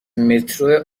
مترو